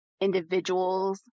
individuals